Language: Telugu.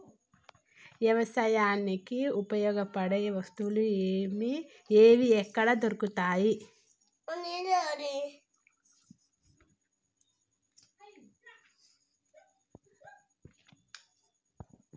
వ్యవసాయానికి ఉపయోగపడే వస్తువులు ఏవి ఎక్కడ దొరుకుతాయి?